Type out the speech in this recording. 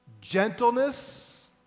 gentleness